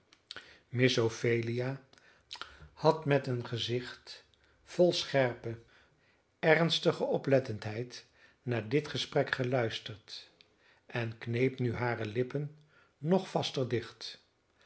miss ophelia had met een gezicht vol scherpe ernstige oplettendheid naar dit gesprek geluisterd en kneep nu hare lippen nog vaster dicht